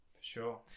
sure